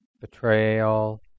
Betrayal